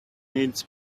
needs